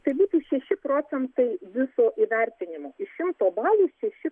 tai būtų šeši procentai viso įvertinimo iš šimto balų šeši